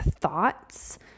thoughts